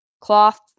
cloth